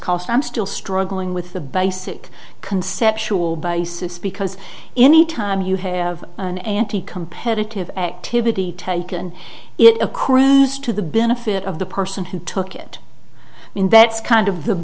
costs i'm still struggling with the basic conceptual basis because any time you have an anti competitive activity taken it accrues to the benefit of the person who took it in that's kind of the